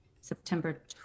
September